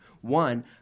One